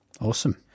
Awesome